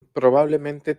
probablemente